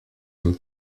comme